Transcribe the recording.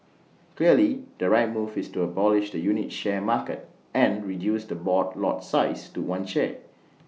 clearly the right move is to abolish the unit share market and reduce the board lot size to one share